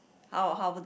how how